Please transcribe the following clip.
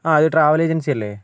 ആ ഇത് travel agency അല്ലേ